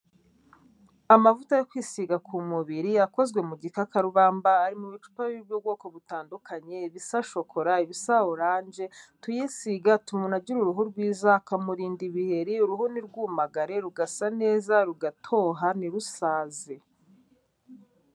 Amavuta yo kwisiga ku mubiri akozwe mu gikakarubamba ari mu bicupa by'ubwoko butandukanye ibisa shokora, ibisa oranje, tuyisiga atuma umuntu agira uruhu rwiza akamurinda ibiheri, uruhu ntirwumagare rugasa neza rugatoha ntirusaze.